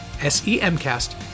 S-E-M-Cast